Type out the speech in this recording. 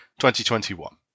2021